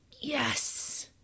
yes